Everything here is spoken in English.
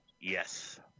yes